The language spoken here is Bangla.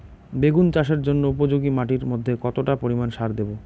বেগুন চাষের জন্য উপযোগী মাটির মধ্যে কতটা পরিমান সার দেব?